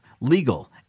legal